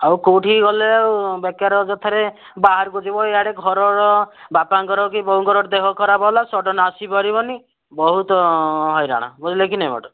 ଆଉ କେଉଁଠିକି ଗଲେ ଆଉ ବେକାରେ ଅଯଥାରେ ବାହାରକୁ ଯିବୁ ଇଆଡ଼େ ଘରର ବାପାଙ୍କର କି ବୋଉଙ୍କର ଦେହ ଖରାପ ହେଲା ସଡ଼ନ୍ ଆସିପାରିବନି ବହୁତ ହଇରାଣ ବୁଝିଲେକି ନାହିଁ ମ୍ୟାଡ଼ାମ୍